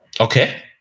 okay